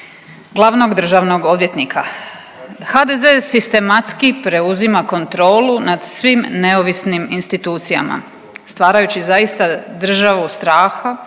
glavnog državnog odvjetnika. HDZ sistematski preuzima kontrolu nad svim neovisnim institucijama stvarajući zaista državu straha,